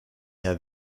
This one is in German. der